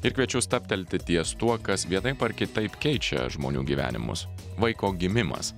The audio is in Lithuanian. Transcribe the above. ir kviečiu stabtelti ties tuo kas vienaip ar kitaip keičia žmonių gyvenimus vaiko gimimas